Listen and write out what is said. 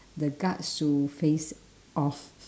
the guts to face off